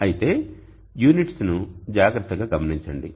అయితే యూనిట్స్ ను జాగ్రత్తగా గమనించండి